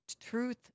truth